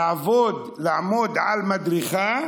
לעמוד על המדרכה,